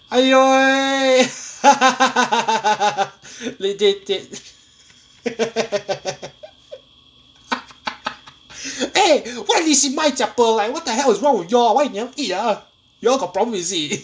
!aiyo! eh like what the hell is wrong with y'all why you never eat ah you all got problem is it